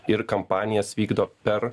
ir kampanijas vykdo per